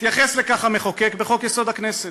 התייחס לכך המחוקק בחוק-יסוד: הכנסת.